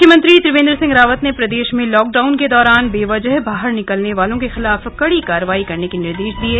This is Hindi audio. मुख्यमंत्री त्रिवेन्द्र सिंह रावत ने प्रदेश में लाक डाउन के दौरान बेवजह बाहर निकलने वालों के खिलाफ कड़ी कार्यवाही के निर्देश दिये